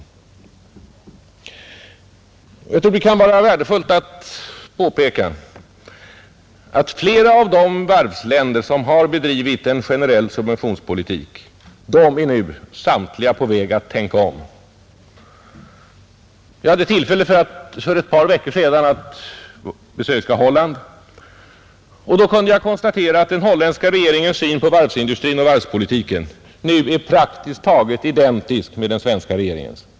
Jag tror det kan vara värdefullt att påpeka att samtliga de varvsländer som har bedrivit en generell subventionspolitik nu är på väg att tänka om. Jag hade tillfälle för ett par veckor sedan att besöka Holland, och då kunde jag konstatera att den holländska regeringens syn på varvsindustrin och varvspolitiken nu är praktiskt tagit identisk med den svenska regeringens.